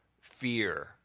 fear